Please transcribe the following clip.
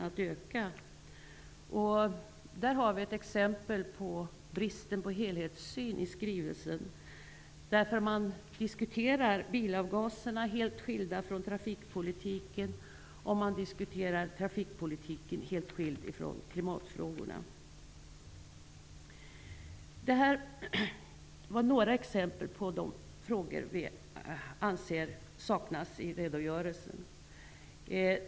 På denna punkt har vi ett exempel på bristen på helhetssyn i skrivelsen. Man diskuterar där bilavgaserna helt åtskilda från trafikpolitiken, och man diskuterar trafikpolitiken helt åtskild från klimatfrågorna. Detta var bara några exempel på frågor som vi anser saknas i redogörelsen.